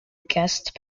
guest